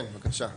כן בבקשה?